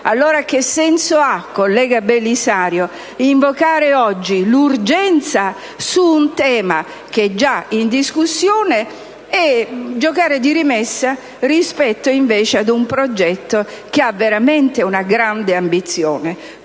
senso ha allora, collega Belisario, invocare oggi l'urgenza su un tema che già è in discussione e giocare di rimessa rispetto invece ad un progetto che ha veramente una grande ambizione,